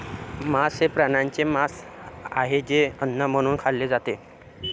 मांस हे प्राण्यांचे मांस आहे जे अन्न म्हणून खाल्ले जाते